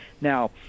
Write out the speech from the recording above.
Now